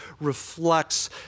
reflects